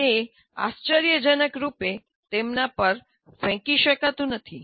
તે આશ્ચર્યજનક રૂપે તેમના પર ફેંકી શકાતું નથી